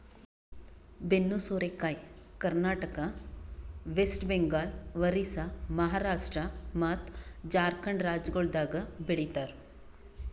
ಬೆನ್ನು ಸೋರೆಕಾಯಿ Karnataka, West Bengal, Orissa, Maharashtra ಮತ್ತ್ ಜಾರ್ಖಂಡ್ ರಾಜ್ಯಗೊಳ್ದಾಗ್ ಬೆ ಳಿತಾರ್